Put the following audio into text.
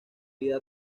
vida